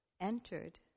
entered